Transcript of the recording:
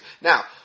Now